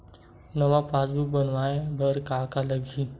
नवा पासबुक बनवाय बर का का लगही?